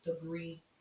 degree